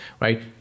right